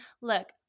look